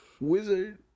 Wizard